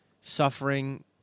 suffering